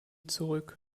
zurück